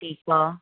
ठीक आहे